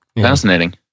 fascinating